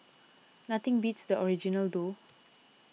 nothing beats the original though